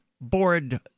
board